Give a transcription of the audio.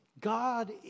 God